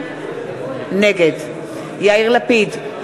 נגד יאיר לפיד,